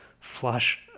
flush